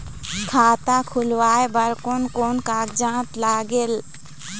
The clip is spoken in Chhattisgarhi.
खाता खुलवाय बर कोन कोन कागजात लागेल?